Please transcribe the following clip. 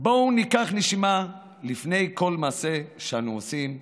בואו ניקח נשימה לפני כל מעשה שאנו עושים,